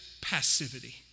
passivity